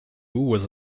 was